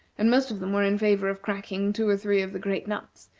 and most of them were in favor of cracking two or three of the great nuts,